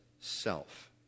self